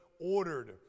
ordered